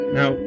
Now